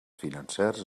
financers